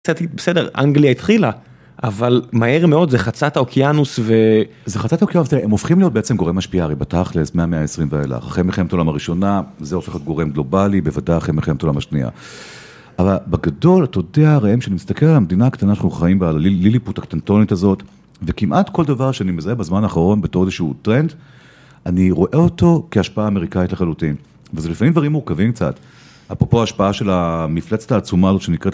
בסדר, אנגליה התחילה, אבל מהר מאוד, זה חצה את האוקיינוס ו... זה חצה את האוקיינוס, הם הופכים להיות בעצם גורם משפיע, הרי בתכל'ס, מאה המאה ה-20 ואילך. החיים מלחמת העולם הראשונה, זה הופך להיות גורם גלובלי, בוודאי אחרי מלחמת העולם השנייה. אבל בגדול, אתה יודע, הרי אם שאני מסתכל על המדינה הקטנה שאנחנו חיים, ועל הליליפוט הקטנטונת הזאת, וכמעט כל דבר שאני מזהה בזמן האחרון בתור איזשהו טרנד, אני רואה אותו כהשפעה אמריקאית לחלוטין. וזה לפעמים דברים מורכבים קצת. אפרופו ההשפעה של המפלצת העצומה הזאת שנקראת...